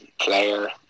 player